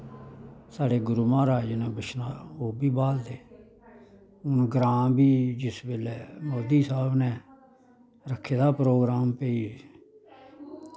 साढ़े गुरू म्हाराज न बिशनाह् ओह् बी बाह्लदे हून ग्रांऽ बी जिस बेल्लै मोदी साह्ब ने रक्खे दा हा प्रोग्राम ते